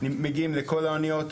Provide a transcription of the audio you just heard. מגיעים לכל האוניות,